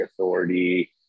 authority